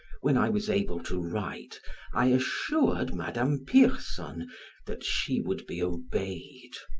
when i was able to write i assured madame pierson that she would be obeyed,